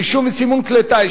רישום וסימון כלי טיס,